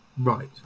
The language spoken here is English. Right